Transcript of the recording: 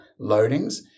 loadings